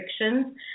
restrictions